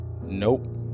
Nope